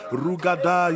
rugada